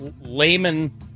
layman